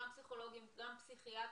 גם פסיכולוגים וגם פסיכיאטרים,